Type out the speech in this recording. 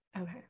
Okay